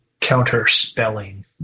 Counterspelling